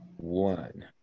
One